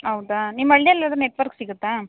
ಹೌದಾ ನಿಮ್ಮ ಹಳ್ಳಿಯಲ್ ಅದು ನೆಟ್ವರ್ಕ್ ಸಿಗುತ್ತಾ